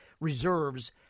reserves